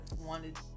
wanted